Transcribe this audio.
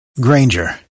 Granger